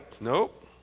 Nope